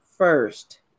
First